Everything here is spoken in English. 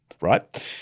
right